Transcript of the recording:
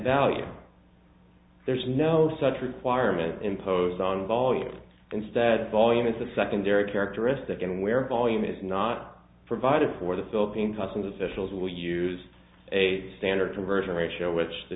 value there's no such requirement imposed on volume instead volume is a secondary characteristic and where volume is not provided for the philippine customs officials we used a standard conversion ratio which the